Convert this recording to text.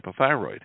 hypothyroid